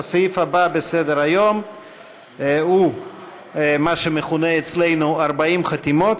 הסעיף הבא שעל סדר-היום הוא מה שמכונה אצלנו "40 חתימות".